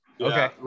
Okay